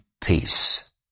peace